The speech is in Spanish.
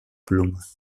pluma